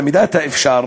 במידת האפשר,